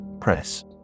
press